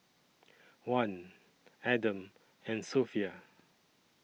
Wan Adam and Sofea